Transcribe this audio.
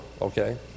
okay